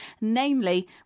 namely